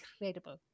incredible